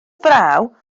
fraw